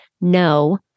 no